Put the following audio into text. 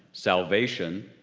salvation,